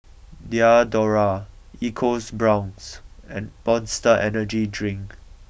Diadora EcoBrown's and Monster Energy Drink